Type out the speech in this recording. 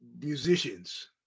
musicians